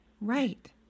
Right